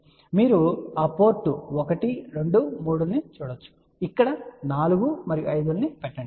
కాబట్టి మీరు ఆ పోర్ట్ 1 2 3 ను చూడవచ్చు ఇక్కడ 4 మరియు 5 లను పెట్టండి